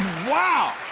wow!